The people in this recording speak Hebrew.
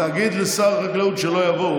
תגיד לשר החקלאות שלא יבוא.